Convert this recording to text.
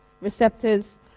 receptors